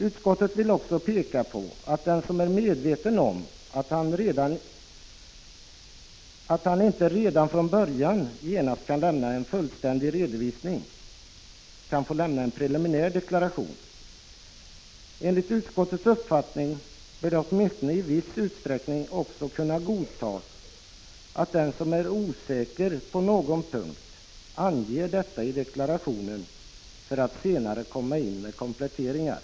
Utskottet vill också peka på att den som är medveten om att han inte redan från början genast kan lämna en fullständig redovisning kan få lämna en preliminär deklaration. Enligt utskottets uppfattning bör det åtminstone i viss utsträckning också kunna godtas att den som är osäker på någon punkt anger detta i deklarationen för att senare komma in med kompletteringar.